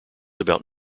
about